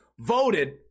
Voted